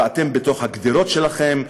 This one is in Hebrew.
ואתם בתוך הגדרות שלכם,